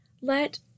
let